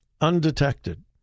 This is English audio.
undetected